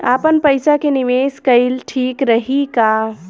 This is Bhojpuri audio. आपनपईसा के निवेस कईल ठीक रही का?